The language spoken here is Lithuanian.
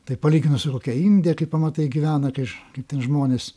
tai palyginus su kokia indija kai pamatai gyvena kaiš kaip ten žmonės